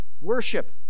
Worship